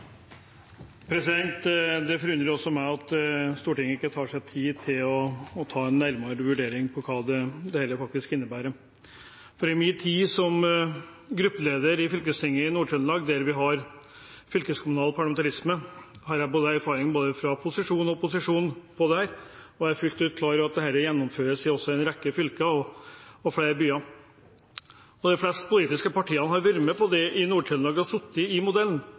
nærmere vurdering av hva dette faktisk innebærer. I min tid som gruppeleder i fylkestinget i Nord-Trøndelag, der vi har fylkeskommunal parlamentarisme, har jeg erfaring fra både posisjon og opposisjon. Jeg er fullt ut klar over at dette gjennomføres også i en rekke fylker og flere byer. De fleste politiske partiene har vært med på det i Nord-Trøndelag – og sittet i modellen.